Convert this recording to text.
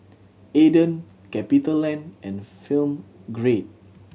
Aden CapitaLand and Film Grade